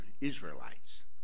Israelites